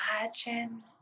imagine